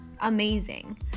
amazing